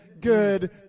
good